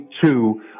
two